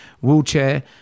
wheelchair